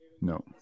No